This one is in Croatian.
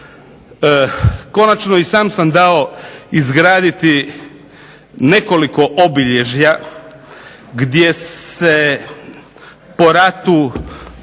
Konačno i sam sam dao izgraditi nekoliko obilježja gdje se po ratu